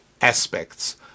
aspects